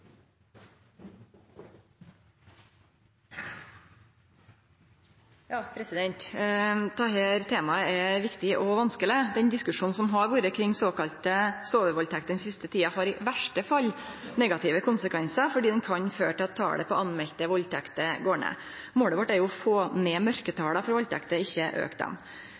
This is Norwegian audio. temaet er viktig og vanskeleg. Diskusjonen kring såkalla sovevaldtekter den siste tida kan i verste fall få negative konsekvensar, fordi han kan føre til at talet på melde valdtekter går ned. Målet vårt er å få ned mørketalet for valdtekter, ikkje